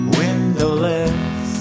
windowless